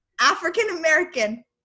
African-American